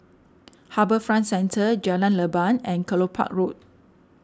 HarbourFront Centre Jalan Leban and Kelopak Road